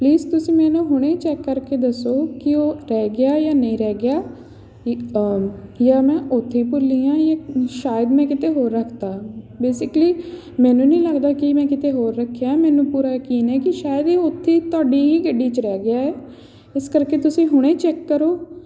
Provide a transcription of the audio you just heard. please ਤੁਸੀਂ ਮੈਨੂੰ ਹੁਣੇ ਚੈੱਕ ਕਰਕੇ ਦੱਸੋ ਕਿ ਉਹ ਰਹਿ ਗਿਆ ਜਾਂ ਨਹੀਂ ਰਹਿ ਗਿਆ ਜਾਂ ਮੈਂ ਉੱਥੇ ਹੀ ਭੁੱਲੀ ਹਾਂ ਜਾਂ ਸ਼ਾਇਦ ਮੈਂ ਕਿਤੇ ਹੋਰ ਰੱਖਤਾ ਬੇਸਿਕਲੀ ਮੈਨੂੰ ਨਹੀਂ ਲੱਗਦਾ ਕਿ ਮੈਂ ਕਿਤੇ ਹੋਰ ਰੱਖਿਆ ਮੈਨੂੰ ਪੂਰਾ ਯਕੀਨ ਹੈ ਕਿ ਸ਼ਾਇਦ ਇਹ ਉੱਥੇ ਤੁਹਾਡੀ ਹੀ ਗੱਡੀ 'ਚ ਰਹਿ ਗਿਆ ਹੈ ਇਸ ਕਰਕੇ ਤੁਸੀਂ ਹੁਣੇ ਚੈੱਕ ਕਰੋ